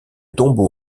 tombeau